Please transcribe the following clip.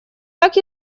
так